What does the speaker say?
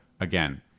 again